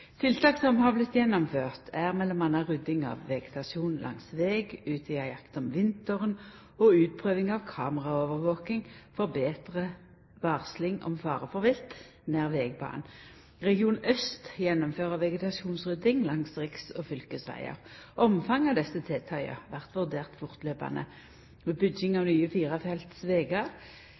Tiltak som har vorte gjennomførte, er m.a. rydding av vegetasjon langs veg, utvida jakt om vinteren og utprøving av kameraovervaking for betre varsling om fare for vilt nær vegbanen. Region øst gjennomfører vegetasjonsrydding langs riks- og fylkesvegar. Omfanget av desse tiltaka blir vurderte fortløpande. Ved bygging av nye